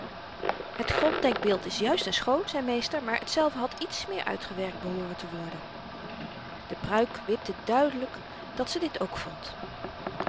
het gronddenkbeeld is juist en schoon zei meester maar hetzelve had iets meer uitgewerkt behooren te worden de pruik wipte duidelyk dat ze dit ook vond